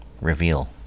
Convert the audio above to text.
reveal